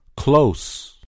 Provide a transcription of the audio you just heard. close